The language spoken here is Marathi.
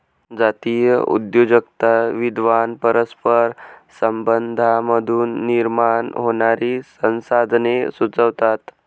जातीय उद्योजकता विद्वान परस्पर संबंधांमधून निर्माण होणारी संसाधने सुचवतात